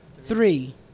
three